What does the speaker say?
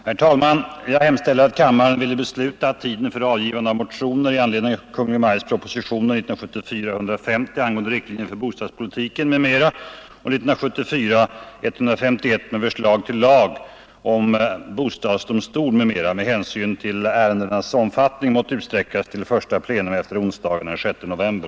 Herr talman! Jag hemställer att kammaren ville besluta att tiden för avgivande av motioner i anledning av Kungl. Maj:ts propositioner 1974:150 angående riktlinjer för bostadspolitiken m.m. och 1974:151 med förslag till lag om bostadsdomstol m.m. med hänsyn till ärendenas omfattning måtte utsträckas till första plenum efter onsdagen den 6 november.